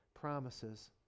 promises